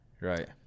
right